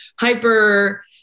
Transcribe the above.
hyper-